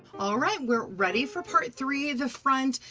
all right, we're ready for part three, the front.